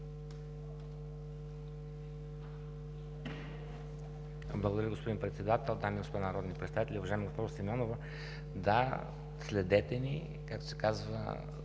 Благодаря, господин Председател. Дами и господа народни представители, уважаема госпожо Симеонова! Да, следете ни, когато се бавим,